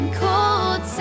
cold